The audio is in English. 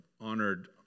honored